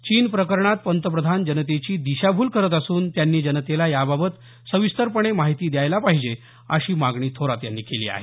चीन प्रकरणात पंतप्रधान जनतेची दिशाभूल करत असून त्यांनी जनतेला याबाबत सविस्तर माहिती द्यायला पाहिजे अशी मागणी थोरात यांनी केली आहे